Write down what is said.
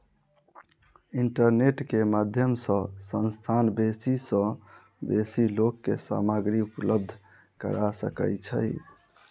internet के माध्यम सॅ संस्थान बेसी सॅ बेसी लोक के सामग्री उपलब्ध करा सकै छै